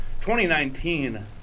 2019